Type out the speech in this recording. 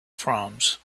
proms